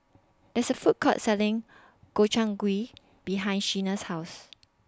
There IS A Food Court Selling Gobchang Gui behind Shena's House